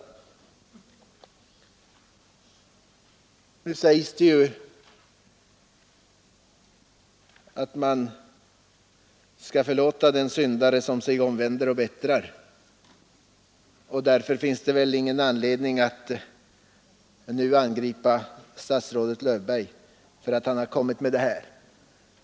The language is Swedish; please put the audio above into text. Det sägs ju att man skall förlåta den syndare som sig omvänder och bättrar, och därför finns det väl ingen anledning att nu angripa statsrådet Löfberg för behandlingen av detta lagförslag.